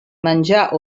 menjar